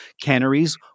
canneries